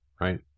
right